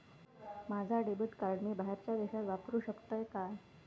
माझा debit card मी बाहेरच्या देशात वापरू शकतय काय?